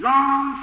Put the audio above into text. Long